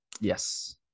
Yes